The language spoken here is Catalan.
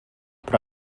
però